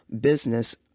business